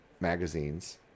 magazines